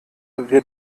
wir